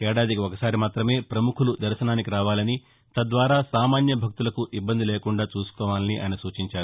ఏడాదికి ఒకసారి మాత్రమే ప్రముఖులు దర్శనానికి రావాలని తద్వారా సామాన్య భక్తులకు ఇబ్బంది లేకుండా చూసుకోవాలని ఆయన సూచించారు